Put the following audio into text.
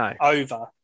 over